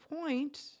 Point